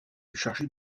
chargés